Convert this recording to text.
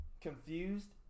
confused